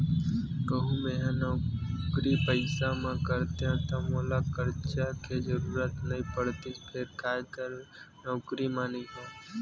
कहूँ मेंहा नौकरी पइसा म रहितेंव ता मोला करजा के जरुरत नइ पड़तिस फेर काय करव नउकरी म नइ हंव